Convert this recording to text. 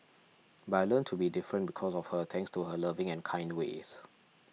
but I learnt to be different because of her thanks to her loving and kind ways